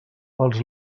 els